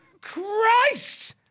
Christ